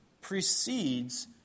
precedes